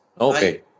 Okay